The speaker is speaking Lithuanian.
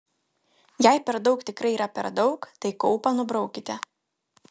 jei per daug tikrai yra per daug tai kaupą nubraukite